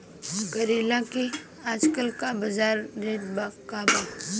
करेला के आजकल बजार रेट का बा?